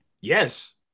Yes